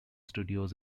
studios